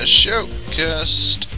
showcast